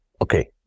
Okay